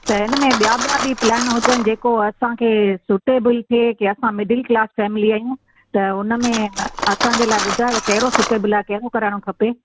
त इनमें ॿिया ॿिया बि प्लान हुजनि जेको असांखे सूटेबिल थिए की असां मिडिल क्लास फ़ेमिली आहियूं त उनमें असांजे लाहे ॿुधायो त कहिड़ो सूटेबिल आहे कहिड़ो कराइणो खपे